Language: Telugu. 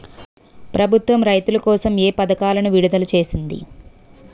ప్రభుత్వం రైతుల కోసం ఏ పథకాలను విడుదల చేసింది?